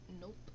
Nope